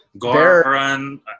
Goran